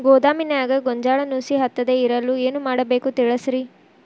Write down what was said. ಗೋದಾಮಿನ್ಯಾಗ ಗೋಂಜಾಳ ನುಸಿ ಹತ್ತದೇ ಇರಲು ಏನು ಮಾಡಬೇಕು ತಿಳಸ್ರಿ